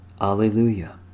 alleluia